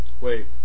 Wait